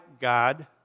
God